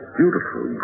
beautiful